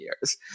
years